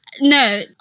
no